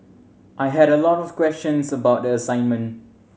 I had a lot of questions about the assignment